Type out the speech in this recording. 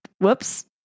whoops